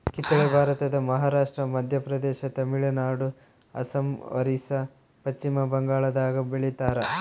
ಕಿತ್ತಳೆ ಭಾರತದ ಮಹಾರಾಷ್ಟ್ರ ಮಧ್ಯಪ್ರದೇಶ ತಮಿಳುನಾಡು ಅಸ್ಸಾಂ ಒರಿಸ್ಸಾ ಪಚ್ಚಿಮಬಂಗಾಳದಾಗ ಬೆಳಿತಾರ